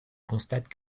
constate